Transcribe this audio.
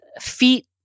feet